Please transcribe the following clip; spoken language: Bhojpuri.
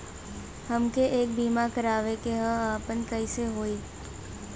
हमके एक बीमा करावे के ह आपन कईसे होई?